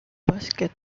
basket